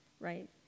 Right